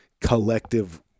collective